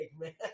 man